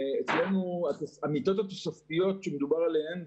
אצלנו המיטות התוספתיות שמדובר עליהן,